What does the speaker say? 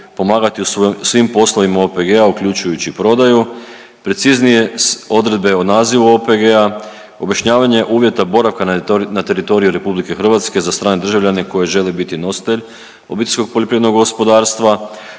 pomagati u svim poslovima OPG-a, uključujući i prodaju, preciznije odredbe o nazivu OPG-a, objašnjavanje uvjeta boravka na teritoriju RH za stane državljane koji žele biti nositelj OPG-a, pojašnjavanje uvjeta